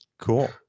Cool